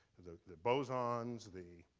the the bosons, the.